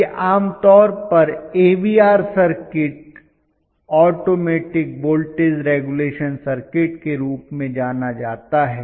यह आम तौर पर AVR circuit automatic voltage regulation circuit के रूप में जाना जाता है